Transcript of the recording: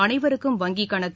அனைவருக்கும் வங்கிக் கணக்கு